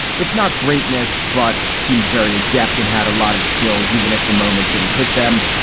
if not greatness, but seemed very adept and had a lot of skills, even if the moment didn't hit them.